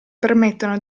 permettono